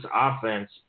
offense